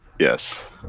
Yes